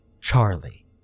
Charlie